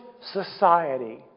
society